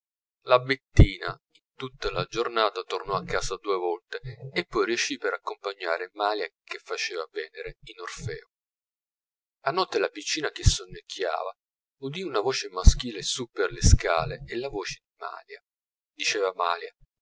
la bettina in tutta la giornata tornò a casa due volte e poi riescì per accompagnare malia che faceva venere in orfeo a notte la piccina che sonnecchiava udì una voce maschile su per le scale e la voce di malia diceva malia